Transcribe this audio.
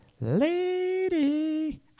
lady